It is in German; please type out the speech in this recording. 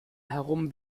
herum